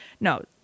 No